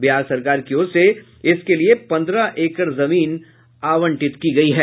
बिहार सरकार की ओर से इसके पंद्रह एकड़ जमीन आवंटित की गयी है